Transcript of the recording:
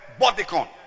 Bodycon